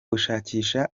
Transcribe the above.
gushakisha